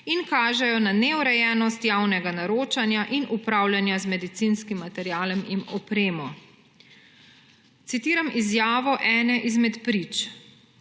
in kažejo na neurejenost javnega naročanja ter upravljanja z medicinskim materialom in opremo. Citiram izjavo ene izmed prič: